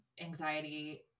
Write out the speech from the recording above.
anxiety